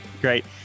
Great